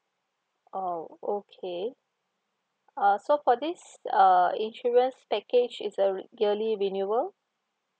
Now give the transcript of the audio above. oh okay uh so for this uh insurance package is a yearly renewal